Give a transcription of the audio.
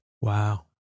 Wow